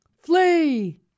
Flee